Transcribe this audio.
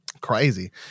Crazy